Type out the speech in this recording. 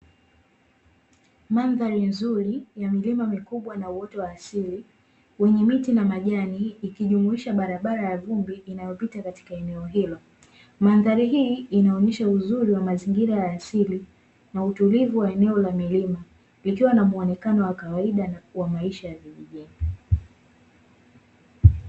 Mandhari nzuri ya milima mikubwa na uoto wa asili wenye miti na majani, ikijumlisha barabara ya vumbi inayopita katika eneo hilo. Mandhari hii inaonyesha uzuri wa mazingira ya asili na utulivu wa eneo la milima, likiwa na muonekano wa kawaida na kuwa maisha ya vijijini.